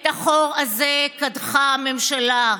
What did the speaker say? את החור הזה קדחה הממשלה.